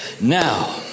Now